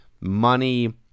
money